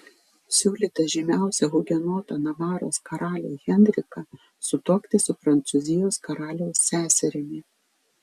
siūlyta žymiausią hugenotą navaros karalių henriką sutuokti su prancūzijos karaliaus seserimi